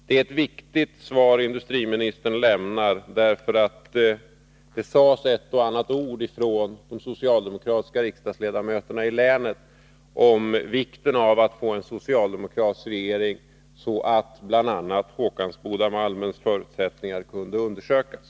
Det är ett viktigt svar industriministern lämnar. Det sades nämligen ett och annat ord från de socialdemokratiska riksdagsledamöterna i länet om vikten av att få en socialdemokratisk regering, så att Håkansbodamalmens förutsättningar kunde undersökas.